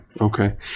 Okay